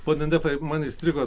pone nefai man įstrigo